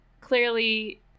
clearly